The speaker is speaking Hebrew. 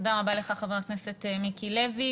תודה רבה לך, חבר הכנסת מיקי לוי.